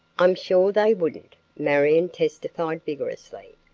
i'm sure they wouldn't, marion testified vigorously.